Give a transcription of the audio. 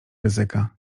ryzyka